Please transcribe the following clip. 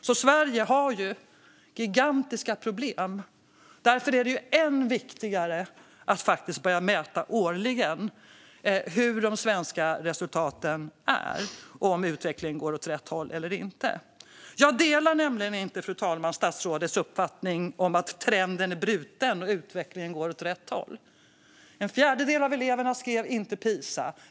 Så Sverige har gigantiska problem, och därför är det än viktigare att göra årliga mätningar av de svenska resultaten och om utvecklingen går åt rätt håll eller inte. Fru talman! Jag delar inte statsrådets uppfattning om att trenden är bruten och att utvecklingen går åt rätt håll. En fjärdedel av eleverna skrev inte Pisa.